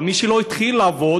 אבל מי שלא התחיל לעבוד,